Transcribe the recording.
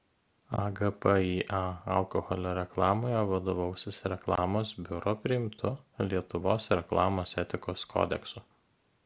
agpįa alkoholio reklamoje vadovausis reklamos biuro priimtu lietuvos reklamos etikos kodeksu